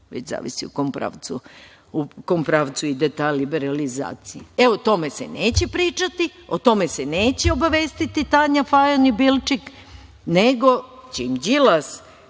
već zavisi u kom pravcu ide ta liberalizacija? E, o tome se neće pričati, o tome se neće obavestiti Tanja Fajon i Bilčik, nego će im Đilas